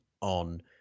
on